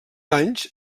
anys